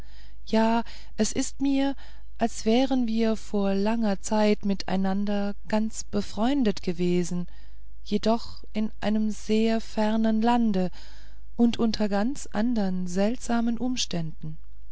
ja es ist mir als wären wir vor gar langer zeit einander ganz befreundet gewesen jedoch in einem sehr fernen lande und unter ganz andern seltsamen umständen